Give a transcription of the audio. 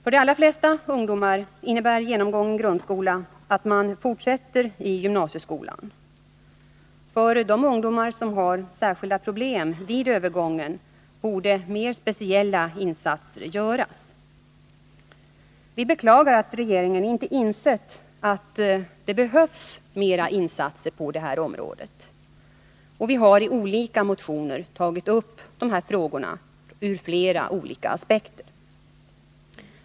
För de allra flesta ungdomar innebär genomgången grundskola att man fortsätter i gymnasieskolan. För de ungdomar som har särskilda problem vid övergången borde speciella insatser göras. Vi beklagar att regeringen inte har insett att det behövs mera insatser på detta område. I olika motioner har vi ur flera aspekter tagit upp de här frågorna.